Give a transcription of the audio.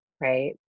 Right